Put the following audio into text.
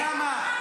אני לא דן איתך.